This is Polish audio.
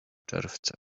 czerwca